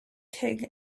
king